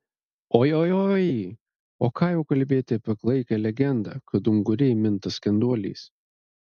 oi oi oi o ką jau kalbėti apie klaikią legendą kad unguriai minta skenduoliais